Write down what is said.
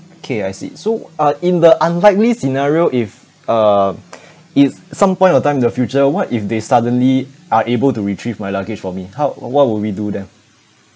okay I see so uh in the unlikely scenario if um if some point of time in the future what if they suddenly are able to retrieve my luggage for me how what would we do then